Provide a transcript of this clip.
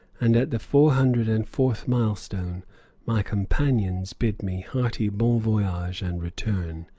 and at the four hundred and fourth milestone my companions bid me hearty bon voyage and return.